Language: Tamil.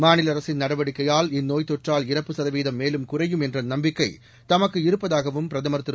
மாநில அரசின் நடவடிக்கையால் இந்நோய்த் தொற்றால் இறப்பு சதவீதம் மேலும் குறையும் என்ற நம்பிக்கை தமக்கு இருப்பதாகவும் பிரதமர் திரு